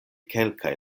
kelkaj